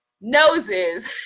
noses